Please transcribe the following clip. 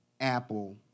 Apple